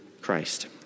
Christ